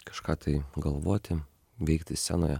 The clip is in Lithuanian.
kažką tai galvoti veikti scenoje